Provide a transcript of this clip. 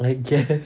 I guess